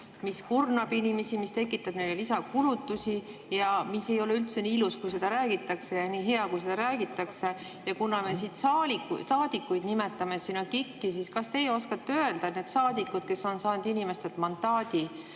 mis kurnab inimesi, mis tekitab neile lisakulutusi ja mis ei ole üldse nii ilus, kui räägitakse, ja nii hea, kui räägitakse. Ja kuna me siit nimetame sinna KIK-i saadikuid, siis kas teie oskate öelda, mida need saadikud, kes on saanud inimestelt mandaadi,